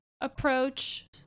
approach